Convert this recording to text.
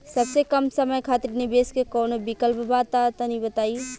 सबसे कम समय खातिर निवेश के कौनो विकल्प बा त तनि बताई?